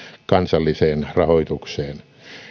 kansalliseen rahoitukseen